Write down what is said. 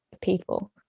people